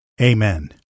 Amen